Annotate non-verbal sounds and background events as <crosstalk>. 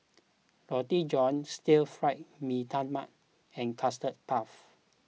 Roti John Stir Fry Mee Tai Mak and Custard Puff <noise>